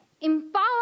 empower